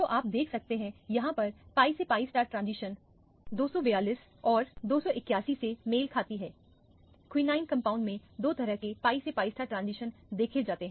तो आप देख सकते यहां पर pi से pi ट्रांजिशन 242 और 281 से मेल खाती है क्विनोन कंपाउंड में दो तरह के pi से pi ट्रांजिशन देखे जाते हैं